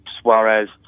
Suarez